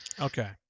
Okay